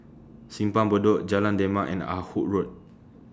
Simpang Bedok Jalan Demak and Ah Hood Road